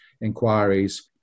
inquiries